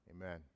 amen